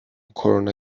کرونا